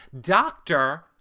Doctor